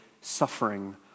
suffering